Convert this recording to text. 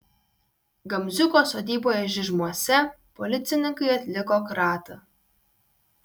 gamziuko sodyboje žižmuose policininkai atliko kratą